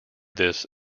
this